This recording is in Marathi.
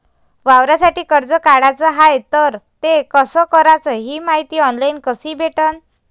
वावरासाठी कर्ज काढाचं हाय तर ते कस कराच ही मायती ऑनलाईन कसी भेटन?